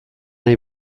nahi